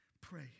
pray